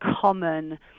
common